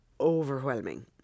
overwhelming